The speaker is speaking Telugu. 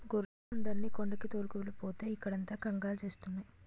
గొర్రెమందల్ని కొండకి తోలుకెల్లకపోతే ఇక్కడంత కంగాలి సేస్తున్నాయి